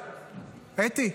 אתי,